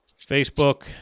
Facebook